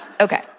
Okay